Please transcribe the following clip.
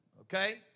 okay